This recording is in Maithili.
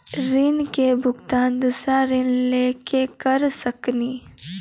ऋण के भुगतान दूसरा ऋण लेके करऽ सकनी?